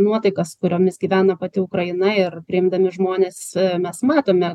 nuotaikas kuriomis gyvena pati ukraina ir priimdami žmones mes matome